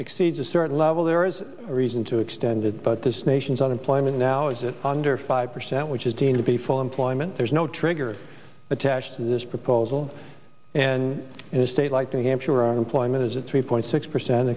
exceeds a certain level there is reason to extend it but this nation's unemployment now is it under five percent which is deemed to be full employment there's no trigger attached to this proposal in a state like the hampshire employment is a three point six percent